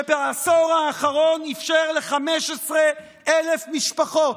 שבעשור האחרון אפשר ל-15,000 משפחות,